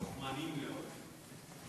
לוחמני מאוד.